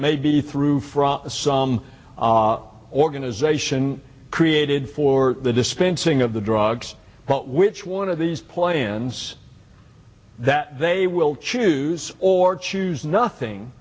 may be through from some organization created for the dispensing of the drugs which one of these plans that they will choose or choose nothing